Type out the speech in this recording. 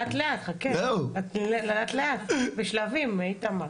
לאט-לאט, בשלבים, איתמר.